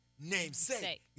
Namesake